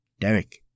Derek